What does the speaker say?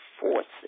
forces